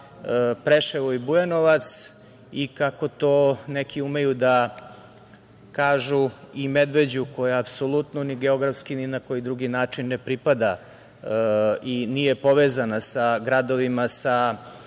Preševo i Bujanovac i, kako to neki umeju da kažu, Medveđu, koja apsolutno ni geografski, ni na bilo koji drugi način ne pripada i nije povezana sa gradovima,